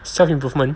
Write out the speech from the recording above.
self improvement